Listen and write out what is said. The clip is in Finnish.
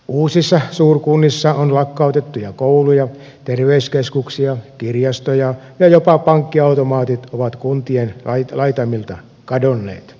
uusissa suurkunnissa on lakkautettuja kouluja terveyskeskuksia kirjastoja ja jopa pankkiautomaatit ovat kuntien laitamilta kadonneet